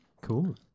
Cool